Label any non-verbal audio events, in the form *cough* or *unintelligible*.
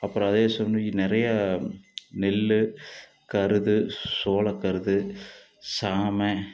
அப்புறம் அதே *unintelligible* நிறையா நெல் கருது சோளக்கருது சாமை